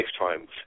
lifetimes